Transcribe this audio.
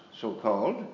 so-called